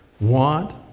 want